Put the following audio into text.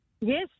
Yes